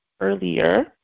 earlier